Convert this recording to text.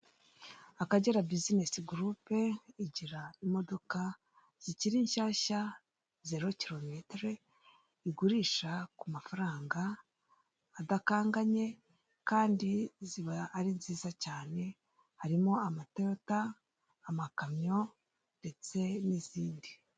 Akagera bizinesi gurupe igira imodoka zikiri nshyashya ziro kirometire igurisha ku mafaranga adakanganye kandi ziba ari nziza cyane harimo; amatoyota, amakamyo ndetse n'izindi.